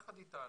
יחד איתנו,